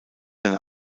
seine